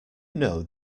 know